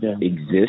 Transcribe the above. exist